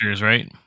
right